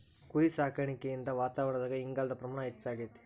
ಕುರಿಸಾಕಾಣಿಕೆಯಿಂದ ವಾತಾವರಣದಾಗ ಇಂಗಾಲದ ಪ್ರಮಾಣ ಹೆಚ್ಚಆಗ್ತೇತಿ